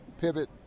pivot